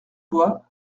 bois